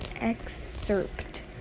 excerpt